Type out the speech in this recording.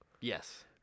Yes